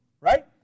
right